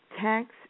tax